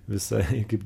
visai kaip